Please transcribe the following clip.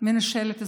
מנושלת זכויות.